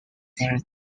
their